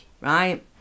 ...right